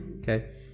okay